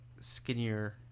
Skinnier